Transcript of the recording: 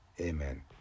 Amen